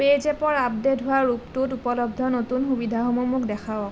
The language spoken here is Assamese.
পে'জেপৰ আপডে'ট হোৱা ৰূপটোত উপলব্ধ নতুন সুবিধাসমূহ মোক দেখুৱাওক